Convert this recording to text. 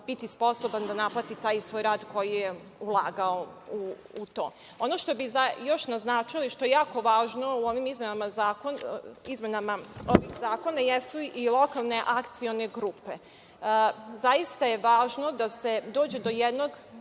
biti sposoban da naplati taj svoj rad koji je ulagao u to. Ono što bih još naznačila i što je jako važno u izmenama ovih zakona jesu i lokalne akcione grupe. Zaista je važno da se dođe do jednog